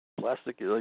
Plastic